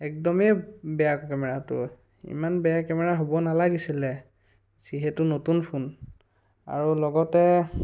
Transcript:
একদমেই বেয়া কেমেৰাটো ইমান বেয়া কেমেৰা হ'ব নালাগিছিলে যিহেতু নতুন ফোন আৰু লগতে